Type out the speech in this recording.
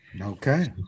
Okay